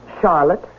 Charlotte